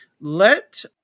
let